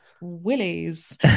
willies